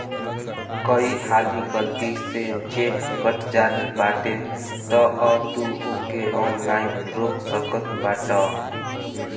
कई हाली गलती से चेक कट जात बाटे तअ तू ओके ऑनलाइन रोक सकत बाटअ